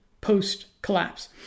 post-collapse